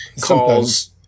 calls